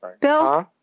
Bill